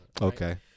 Okay